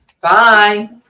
Bye